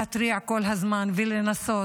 להתריע כל הזמן ולנסות,